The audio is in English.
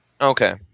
Okay